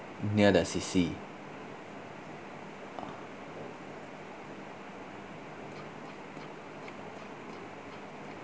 near the C_C